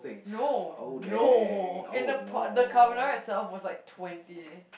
no no and the pot carbonara itself was like twenty